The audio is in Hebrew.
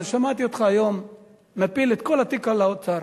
שמעתי אותך היום מפיל את כל התיק על האוצר.